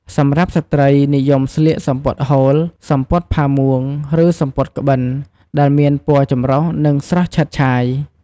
សម្រាប់ស្ត្រី និយមស្លៀកសំពត់ហូល សំពត់ផាមួង ឬសំពត់ក្បិន ដែលមានពណ៌ចម្រុះ និងស្រស់ឆើតឆាយ។